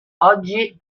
oggi